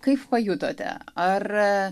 kaip pajutote ar